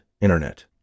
Internet